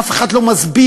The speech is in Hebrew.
אף אחד לא מסביר.